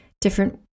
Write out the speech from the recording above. different